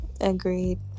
Agreed